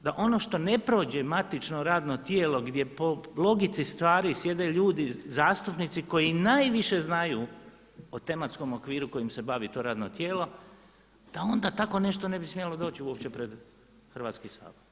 da ono što ne prođe matično radno tijelo gdje po logici stvari sjede ljudi zastupnici koji najviše znaju o tematskom okviru kojim se bavi to radno tijelo da onda tako nešto ne bi smjelo doć uopće pred Hrvatski sabor.